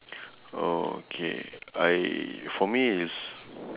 okay I for me it's